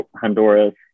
Honduras